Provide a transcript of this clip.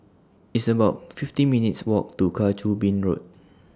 It's about fifty minutes' Walk to Kang Choo Bin Road